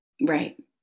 Right